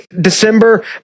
December